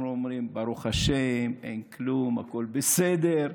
אנחנו אומרים: ברוך השם, אין כלום, הכול בסדר.